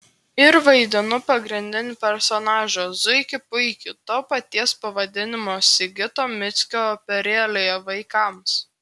ir vaidinu pagrindinį personažą zuikį puikį to paties pavadinimo sigito mickio operėlėje vaikams